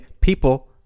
people